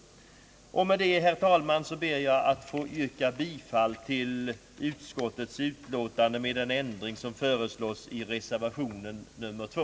Med detta, herr talman, ber jag att få yrka bifall till utskottets utlåtande med den ändring däri som föreslås i reservation nr 2.